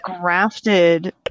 grafted